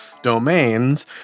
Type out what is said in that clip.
domains